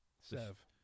Sev